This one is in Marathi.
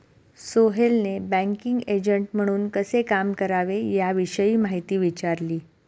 सोहेलने बँकिंग एजंट म्हणून कसे काम करावे याविषयी माहिती विचारली